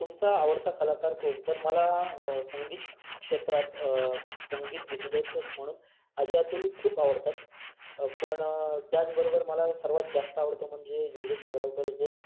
तुमचा आवडता कलाकार कोण तर मला संगीत क्षेत्रात संगीत दिग्दर्शक म्हणून अजय अतुल खूप आवडतात पण त्याचबरोबर मला सर्वात जास्त आवडतो म्हणजे योगेश आग्रावकर जो